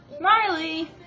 Marley